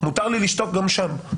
מותר לי לשתוק גם שם.